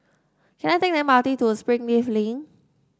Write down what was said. can I take M R T to Springleaf Link